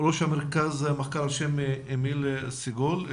ראש מרכז המחקר של אמיל סגול.